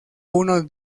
unos